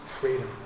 freedom